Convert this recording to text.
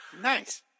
Nice